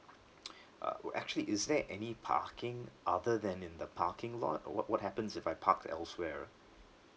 ugh would actually is there any parking other than in the parking lot or what what happens if I parked elsewhere